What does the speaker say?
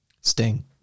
Sting